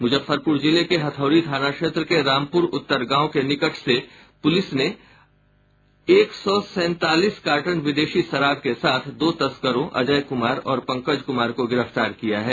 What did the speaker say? मुजफ्फरपुर जिले के हथौड़ी थाना क्षेत्र के रामपुर उत्तर गांव के निकट से पुलिस ने एक सौ सैंतालीस कार्टन विदेशी शराब के साथ दो तस्करों अजय कुमार और पंकज कुमार को गिरफ्तार किया है